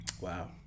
Wow